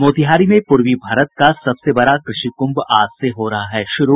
मोतिहारी में पूर्वी भारत का सबसे बड़ा कृषि कुंभ आज से हो रहा है शुरू